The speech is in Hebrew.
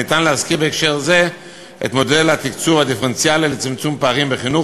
אפשר להזכיר בהקשר זה את מודל התקצוב הדיפרנציאלי לצמצום פערים בחינוך,